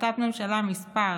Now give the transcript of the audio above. החלטת ממשלה מס'